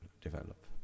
develop